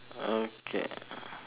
okay